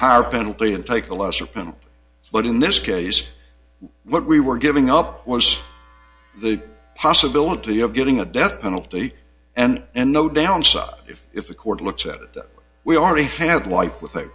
higher penalty and take a lesser penalty but in this case what we were giving up was the possibility of getting a death penalty and and no downside if if a court looks at it we already have life with a